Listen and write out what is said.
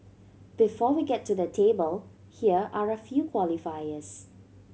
before we get to the table here are a few qualifiers